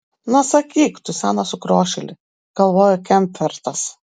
na sakyk tu senas sukriošėli galvojo kemfertas